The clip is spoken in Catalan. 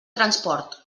transport